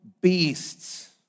beasts